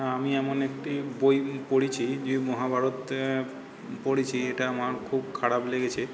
আমি এমন একটি বই পড়েছি যে মহাভারত পড়েছি এটা আমার খুব খারাপ লেগেছে